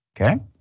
Okay